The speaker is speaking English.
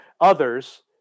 others